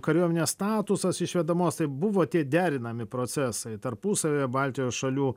kariuomenės statusas išvedamos tai buvo tie derinami procesai tarpusavyje baltijos šalių